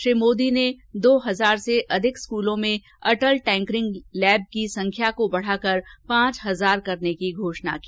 श्री मोदी ने दो हजार से अधिक स्कूलों में अटल टैंकरिंग लैब की संख्या को बढाकर पांच हजार करने की भी घोषणा की